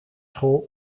school